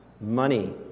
money